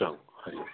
चङो हरिओम